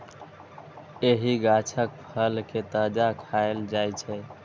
एहि गाछक फल कें ताजा खाएल जाइ छै